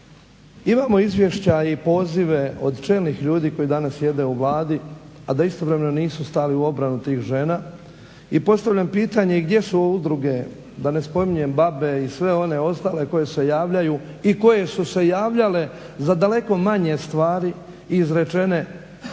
Imamo izvješća i pozive od čelnih ljudi koji danas sjede u Vladi, a da istovremeno nisu stali u obranu tih žena. I postavljam pitanje gdje su udruge da ne spominjem B.A.B.E. i sve one ostale koje se javljaju i koje su se javljale za daleko manje stvari izrečene,